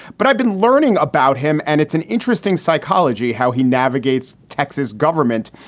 but i've been learning about him, and it's an interesting psychology how he navigates texas government.